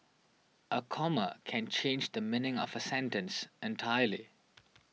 a comma can change the meaning of a sentence entirely